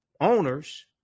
owners